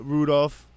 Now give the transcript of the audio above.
Rudolph